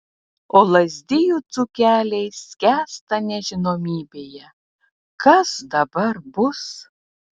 o lazdijų dzūkeliai skęsta nežinomybėje kas dabar bus